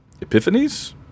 Epiphanies